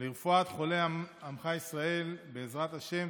לרפואת חולי עמך ישראל, בעזרת השם.